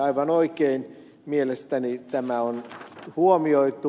aivan oikein mielestäni tämä on huomioitu